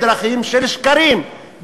בדרכים של שקרים,